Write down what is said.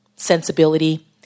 sensibility